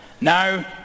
Now